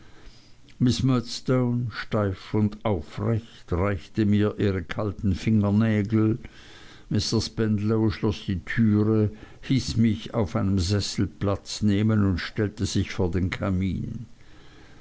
miß murdstone steif und aufrecht reichte mir ihre kalten fingernägel mr spenlow schloß die türe hieß mich auf einem sessel platz nehmen und stellte sich vor den kamin